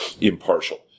impartial